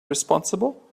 responsible